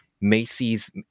macy's